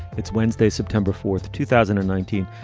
it's wednesday september fourth two thousand and nineteen.